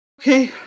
Okay